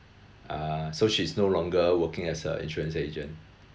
uh so she's no longer working as a insurance agent